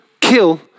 kill